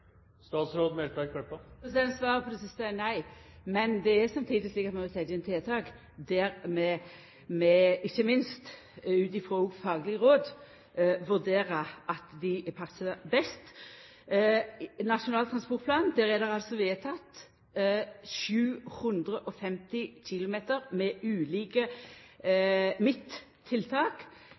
på det siste er nei. Men det er samtidig slik at når vi set inn tiltak, ikkje minst òg ut frå faglege råd, vurderer vi kvar dei passar best. I Nasjonal transportplan er det vedteke 750 km med ulike